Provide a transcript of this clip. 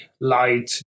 light